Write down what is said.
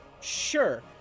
sure